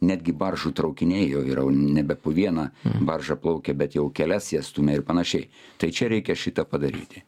netgi baržų traukiniai jau yra nebe po vieną baržą plaukia bet jau kelias jas stumia ir panašiai tai čia reikia šitą padaryti